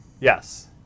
Yes